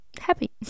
happy